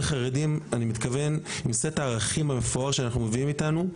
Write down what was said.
חרדים אני מתכוון עם סט הערכים המפואר שאנחנו מביאים איתנו,